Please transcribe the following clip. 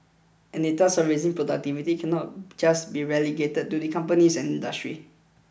and the task of raising productivity cannot just be relegated to the companies and industry